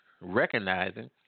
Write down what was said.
recognizing